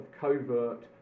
covert